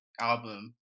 album